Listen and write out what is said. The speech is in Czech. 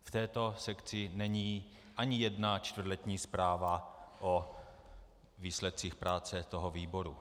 V této sekci není ani jedna čtvrtletní zpráva o výsledcích práce toho výboru.